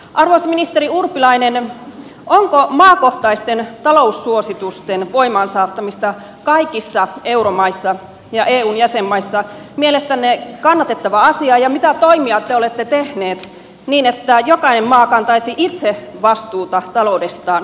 arvoisa ministeri urpilainen onko maakohtaisten taloussuositusten voimaan saattaminen kaikissa euromaissa ja eun jäsenmaissa mielestänne kannatettava asia ja mitä toimia te olette tehneet niin että jokainen maa kantaisi itse vastuuta taloudestaan tulevaisuudessa